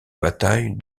bataille